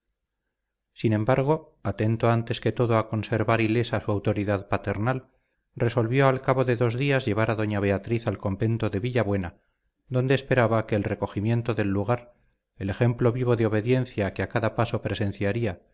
sin embargo atento antes que todo a conservar ilesa su autoridad paternal resolvió al cabo de dos días llevar a doña beatriz al convento de villabuena donde esperaba que el recogimiento del lugar el ejemplo vivo de obediencia que a cada paso presenciaría